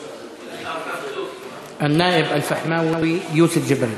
אל-נאאב אל-פחמאווי יוסף ג'בארין.